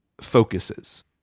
focuses